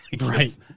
Right